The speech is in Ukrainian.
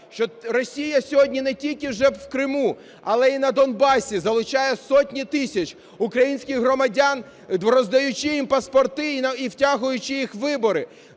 що Росія сьогодні не тільки вже в Криму, але й на Донбасі залучає сотні тисяч українських громадян, роздаючи їм паспорти і втягуючи їх у вибори.